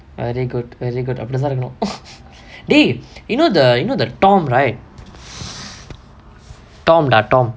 very good very good அப்படிதான் இருக்கனும்:appadithaan irukkanum dey you know the you know the you know the tom right tom lah tom